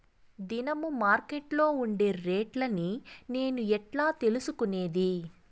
దినము మార్కెట్లో ఉండే రేట్లని నేను ఎట్లా తెలుసుకునేది?